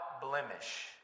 blemish